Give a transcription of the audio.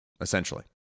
essentially